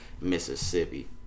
Mississippi